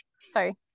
sorry